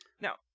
now